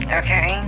okay